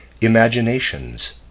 imaginations